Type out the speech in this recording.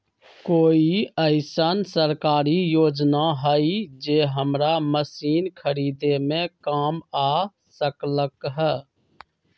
कोइ अईसन सरकारी योजना हई जे हमरा मशीन खरीदे में काम आ सकलक ह?